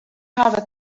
hawwe